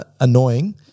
annoying